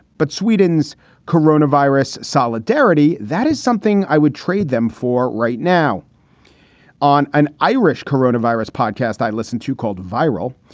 but sweden's corona virus solidarity, that is something i would trade them for right now on an irish corona virus podcast. i listen to called viral.